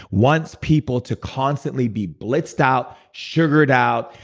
wants people to constantly be blitzed out, sugared out,